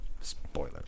Spoiler